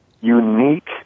unique